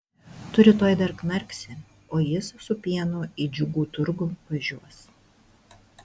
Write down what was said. tu rytoj dar knarksi o jis su pienu į džiugų turgų važiuos